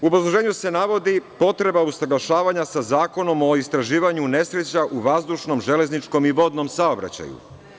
U obrazloženju se navodi potreba usaglašavanja sa Zakonom o istraživanju nesreća u vazdušnom, železničkom i vodnom saobraćaju.